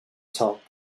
top